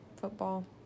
Football